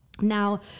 Now